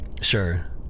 Sure